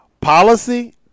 Policy